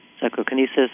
Psychokinesis